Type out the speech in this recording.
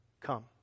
Come